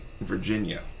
Virginia